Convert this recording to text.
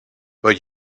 but